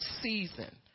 season